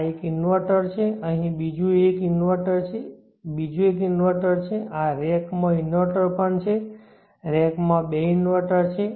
આ એક ઇન્વર્ટર છે અહીં બીજું એક ઇન્વર્ટર છે બીજું એક ઇન્વર્ટર છે આ રેકમાં ઇનવર્ટર પણ છે રેક માં બે ઇન્વર્ટર છે